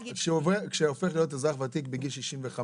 גיל 70. כשהופך להיות אזרח ותיק בגיל 65,